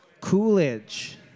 Coolidge